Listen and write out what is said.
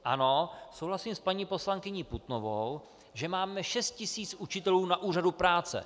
Ano, souhlasím s paní poslankyní Putnovou, že máme 6 000 učitelů na úřadu práce.